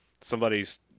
somebody's